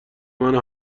منو